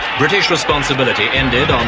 british responsibility ended